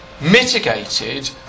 mitigated